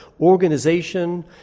organization